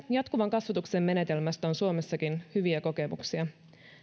jatkuvan kasvatuksen menetelmästä on suomessakin hyviä kokemuksia